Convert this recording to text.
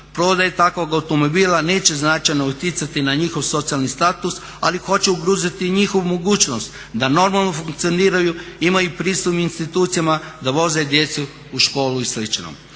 Prodaja takvog automobila neće značajno utjecati na njihov socijalni status, ali hoće ugroziti i njihovu mogućnost da normalno funkcioniraju, imaju pristup institucijama, da voze djecu u školu i